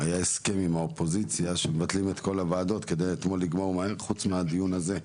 היה הסכם עם האופוזיציה שמבטלים את כל הוועדות חוץ מהדיון הזה,